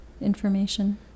information